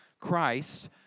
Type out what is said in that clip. Christ